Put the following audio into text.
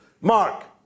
mark